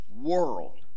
world